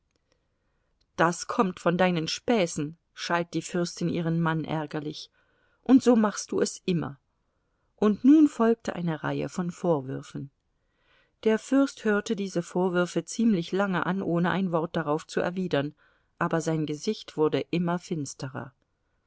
das kommt von deinen späßen schalt die fürstin ihren mann ärgerlich und so machst du es immer und nun folgte eine reihe von vorwürfen der fürst hörte diese vorwürfe ziemlich lange an ohne ein wort darauf zu erwidern aber sein gesicht wurde immer finsterer